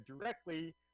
directly